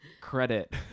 credit